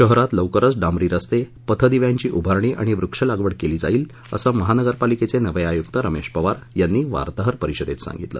शहरात लवकरच डांबरी रस्ते पथदिव्यांची उभारणी आणि वृक्षलागवड केली जाईल असं महानगरपालिकेचे नवे आयुक्त रमेश पवार यांनी वार्ताहर परिषदेत सांगितलं